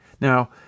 Now